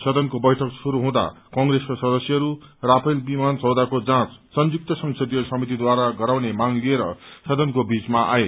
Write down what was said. सदनको बैठक शुरू हुँदा कंप्रेसका सदस्यहरू राफेल विमान सौदाको जाँच संयुक्त संसदीय समितिद्वारा गराउने मांग लिएर सदनको बीचमा आए